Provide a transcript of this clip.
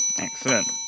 Excellent